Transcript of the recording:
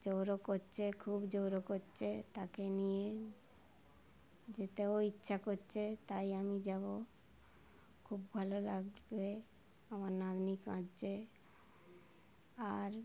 জোরও করছে খুব জোরও করছে তাকে নিয়ে যেতেও ইচ্ছা করছে তাই আমি যাব খুব ভালো লাগবে আমার নাতনি কাঁদছে আর